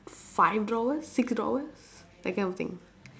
five drawers six drawers that kind of thing